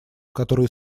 которые